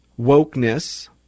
wokeness